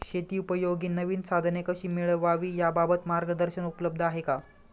शेतीउपयोगी नवीन साधने कशी मिळवावी याबाबत मार्गदर्शन उपलब्ध आहे का?